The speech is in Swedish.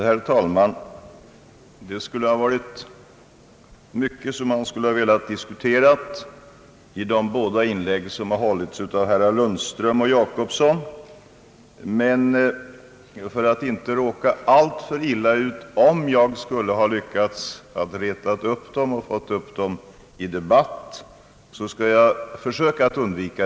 Herr talman! Det finns mycket att diskutera i de båda inlägg som har gjorts av herrar Lundström och Jacobsson. Jag skall emellertid försöka undvika att reta upp dem till nya inlägg.